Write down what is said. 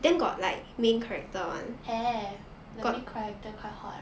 have the main character quite hot